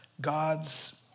God's